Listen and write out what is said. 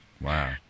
Wow